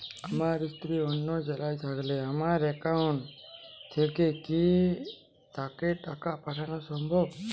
আমার স্ত্রী অন্য জেলায় থাকলে আমার অ্যাকাউন্ট থেকে কি তাকে টাকা পাঠানো সম্ভব?